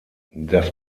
das